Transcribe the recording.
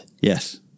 Yes